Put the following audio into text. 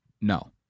no